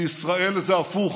בישראל זה הפוך: